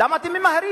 למה אתם ממהרים?